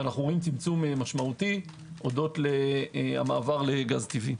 רואים צמצום משמעותי הודות למעבר לגז טבעי.